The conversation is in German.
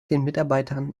mitarbeitern